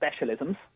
specialisms